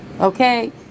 Okay